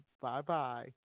Bye-bye